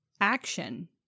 action